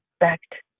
expect